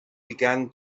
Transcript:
began